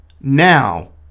now